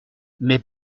mais